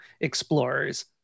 Explorers